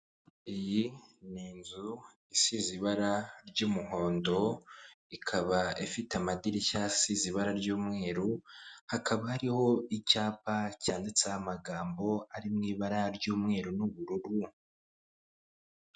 Iyi ni inzu isize ibara ry'umuhondo ikaba ifite amadirishya asize ibara ry'umweru hakaba hariho icyapa cyanditseho amagambo ari mu ibara ry'umweru n'ubururu.